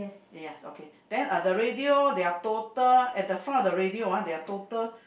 yes okay then uh the radio there are total at the front of the radio ah there are total